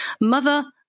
Mother